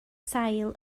sail